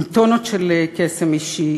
עם טונות של קסם אישי.